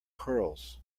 curls